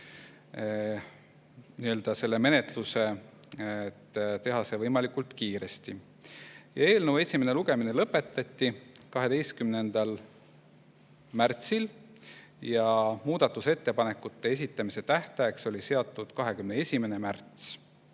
selle menetluse ette, et teha see [muudatus] võimalikult kiiresti. Eelnõu esimene lugemine lõpetati 12. märtsil ja muudatusettepanekute esitamise tähtajaks oli seatud 21. märts.